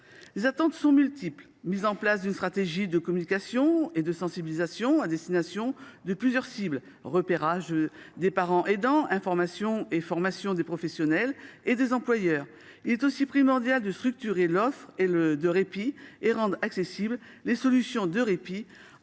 Les attentes sont multiples : mise en place d’une stratégie de communication et de sensibilisation à destination de plusieurs cibles, repérage des parents aidants, information et formation des professionnels et des employeurs, etc. De même, il est primordial de structurer l’offre de répit et de rendre accessibles ces solutions en